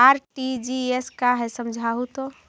RTGS का है समझाहू तो?